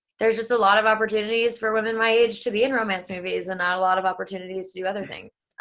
there's just a lot of opportunities for women my age to be in romance movies and not a lot of opportunities to do other things.